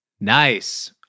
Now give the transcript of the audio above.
Nice